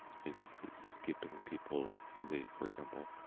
it's it's skipping people if they for example,